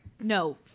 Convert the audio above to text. no